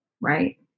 right